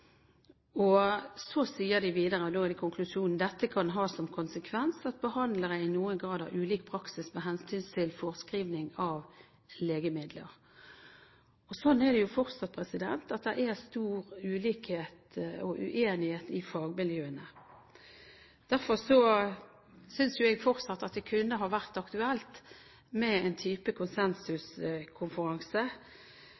tiltak. Så sier Helsedirektoratet videre, og dette er konklusjonen: Dette kan ha som konsekvens at behandlere i noen grad har ulik praksis med hensyn til forskrivning av legemidler. Sånn er det jo fortsatt – det er stor uenighet i fagmiljøene. Derfor synes jeg det fortsatt er aktuelt med en